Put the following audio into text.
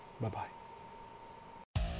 Bye-bye